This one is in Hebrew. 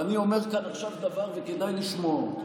ואני אומר כאן עכשיו דבר שכדאי לשמוע אותו,